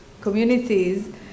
communities